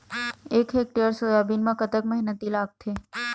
एक hectare soybean म कतक मेहनती लागथे?